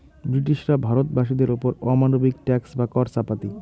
ব্রিটিশরা ভারত বাসীদের ওপর অমানবিক ট্যাক্স বা কর চাপাতি